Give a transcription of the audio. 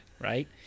right